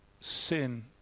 sin